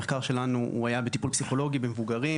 המחקר שלנו הוא היה בטיפול פסיכולוגי במבוגרים,